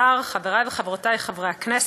השר, חברי וחברותי חברי הכנסת,